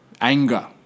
anger